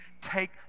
take